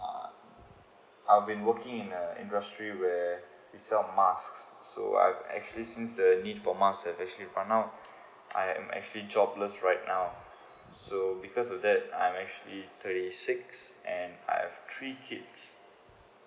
uh I've been working in a industries where it sell mask so I've have actually since the need for mask have actually run out I am actually jobless right now so because of that I am actually thirty six and I have three kids